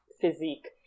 physique